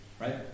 Right